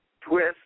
twist